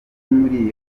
muri